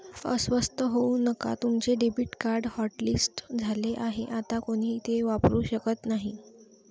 अस्वस्थ होऊ नका तुमचे डेबिट कार्ड हॉटलिस्ट झाले आहे आता कोणीही ते वापरू शकत नाही